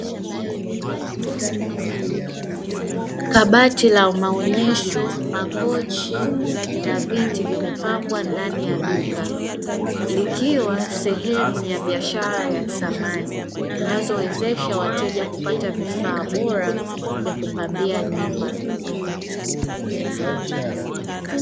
Kabati la maonyesho, makochi na viti vimepangwa ndani ya duka, likiwa sehemu ya biashara ya samani zinazowezesha wateja kupata vifaa bora vya kupambia nyumba.